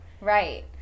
Right